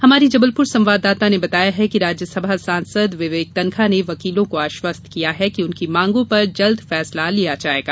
हमारी जबलपुर संवाददाता ने बताया कि राज्यसभा सांसद विवेक तन्खा ने वकीलों को आश्वस्त किया है कि उनकी मांगों पर जल्द फैसला लिया जायेगा